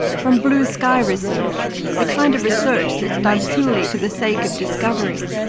from blue sky research the kind of research that is done purely for the sake of discovery.